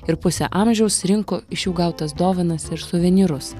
ir pusę amžiaus rinko iš jų gautas dovanas ir suvenyrus